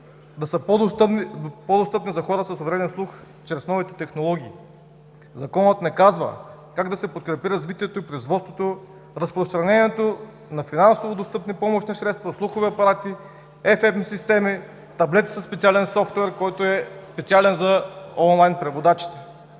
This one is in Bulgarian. да са по-достъпни за хора с увреден слух чрез новите технологии. Законът не казва как да се подкрепи развитието и производството, разпространението на финансово достъпни помощни средства, слухови апарати, ФМ системи, таблети със специален софтуер, който е специален за онлайн преводачите.